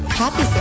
happy